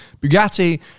Bugatti